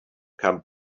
come